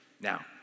Now